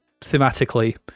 thematically